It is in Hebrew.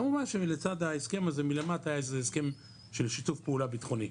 כמובן שלצד ההסכם הזה מלמטה היה איזה הסכם של שיתוף פעולה בטחוני.